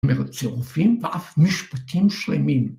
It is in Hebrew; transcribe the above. ‫מהצירופים ואף משפטים שלמים.